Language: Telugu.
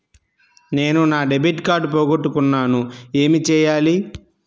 నేను నా డెబిట్ కార్డ్ పోగొట్టుకున్నాను ఏమి చేయాలి?